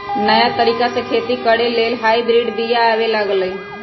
नयाँ तरिका से खेती करे लेल हाइब्रिड बिया आबे लागल